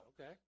Okay